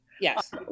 Yes